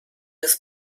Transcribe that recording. des